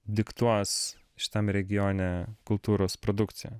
diktuos šitam regione kultūros produkciją